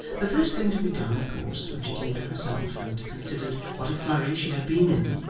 the first thing to be done, of course, when she came to herself and considered what a flurry she had been in,